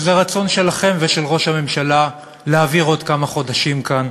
וזה הרצון שלכם ושל ראש הממשלה להעביר עוד כמה חודשים כאן,